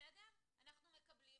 אנחנו מקבלים,